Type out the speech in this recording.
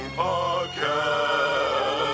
podcast